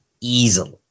easily